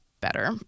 better